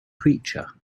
creature